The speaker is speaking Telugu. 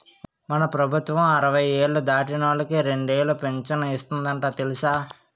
మన ప్రభుత్వం అరవై ఏళ్ళు దాటినోళ్ళకి రెండేలు పింఛను ఇస్తందట తెలుసా